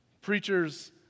Preachers